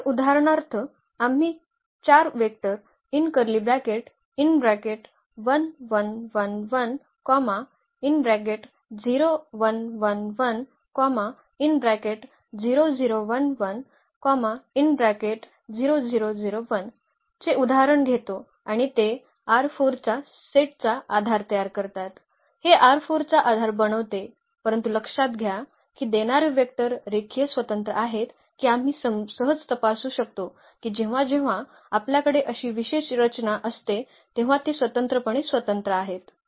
तर उदाहरणार्थ आम्ही 4 वेक्टर चे उदाहरण घेतो आणि ते चा सेटचा आधार तयार करतात हे चा आधार बनवते परंतु लक्षात घ्या की देणारे वेक्टर रेखीय स्वतंत्र आहेत की आम्ही सहज तपासू शकतो की जेव्हा जेव्हा आपल्याकडे अशी विशेष रचना असते तेव्हा ते स्वतंत्रपणे स्वतंत्र आहेत